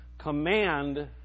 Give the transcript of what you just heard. Command